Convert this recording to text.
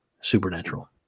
Supernatural